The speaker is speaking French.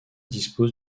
dispose